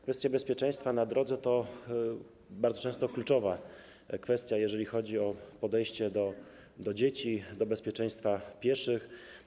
Kwestia bezpieczeństwa na drodze to bardzo często kluczowa kwestia, jeżeli chodzi o podejście do dzieci, do bezpieczeństwa pieszych.